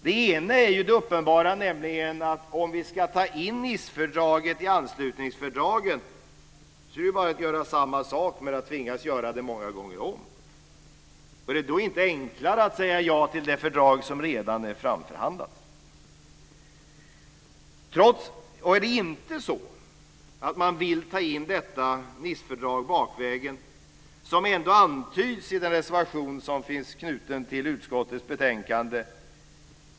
Det ena är det uppenbara, nämligen att om vi ska ta in Nicefördraget i anslutningsfördragen är det bara att göra samma sak men att tvingas göra det många gånger om. Är det då inte enklare att säga ja till det fördrag som redan är framförhandlat? Är det inte så att man vill ta in detta Nicefördrag bakvägen, som antyds i den reservation som finns knuten till utskottets betänkande?